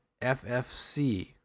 FFC